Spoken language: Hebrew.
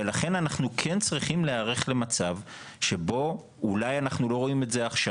ולכן אנחנו כן צריכים להיערך למצב שבו אולי אנחנו לא רואים את זה עכשיו